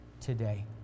today